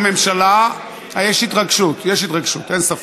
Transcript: יש התרגשות, יש התרגשות, אין ספק: